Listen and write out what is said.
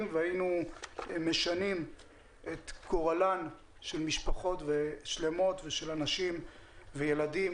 והיינו משנים את גורלן של משפחות שלמות ושל אנשים וילדים,